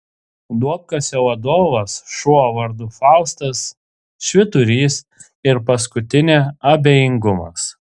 duobkasio vadovas šuo vardu faustas švyturys ir paskutinė abejingumas